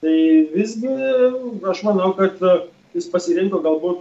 tai visgi aš manau kad jis pasirinko galbūt